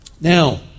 Now